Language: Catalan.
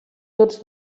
tots